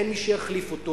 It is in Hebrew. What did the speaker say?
אין מי שיחליף אותו,